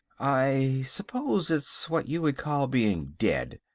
i suppose it's what you would call being dead.